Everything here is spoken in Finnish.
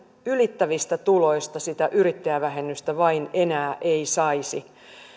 ylittävistä tuloista sitä yrittäjävähennystä ei vain enää saisi